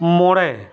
ᱢᱚᱬᱮ